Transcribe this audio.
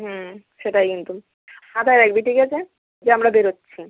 হুম সেটাই কিন্তু মাথায় রাখবি ঠিক আছে যে আমরা বেরোচ্ছি